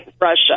Russia